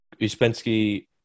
Uspensky